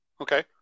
Okay